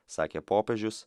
sakė popiežius